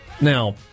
Now